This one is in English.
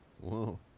Whoa